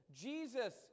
Jesus